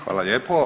Hvala lijepo.